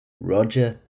Roger